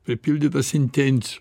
pripildytas intencijų